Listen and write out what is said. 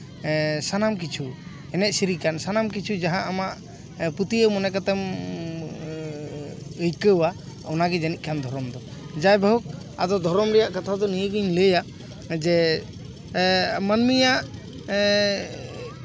ᱥᱟᱱᱟᱢ ᱠᱤᱪᱷᱩ ᱮᱱᱮᱡ ᱥᱮᱨᱮᱧ ᱠᱟᱱ ᱡᱟᱦᱟᱸ ᱟᱢᱟᱜ ᱯᱟᱹᱛᱭᱟᱹᱣ ᱢᱚᱱᱮ ᱠᱟᱛᱮᱢ ᱟᱹᱭᱠᱟᱹᱣᱟ ᱚᱱᱟᱜᱮ ᱡᱟᱹᱱᱤᱡ ᱠᱷᱟᱱ ᱫᱷᱚᱨᱚᱢ ᱫᱚ ᱡᱟᱭᱦᱳᱠ ᱫᱷᱚᱨᱚᱢ ᱨᱮᱭᱟᱜ ᱠᱟᱛᱷᱟ ᱫᱚ ᱱᱤᱭᱟᱹ ᱜᱮᱧ ᱞᱟᱹᱭᱟ ᱡᱮ ᱢᱟᱹᱱᱢᱤᱭᱟᱜ